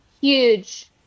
huge